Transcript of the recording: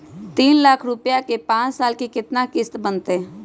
तीन लाख रुपया के पाँच साल के केतना किस्त बनतै?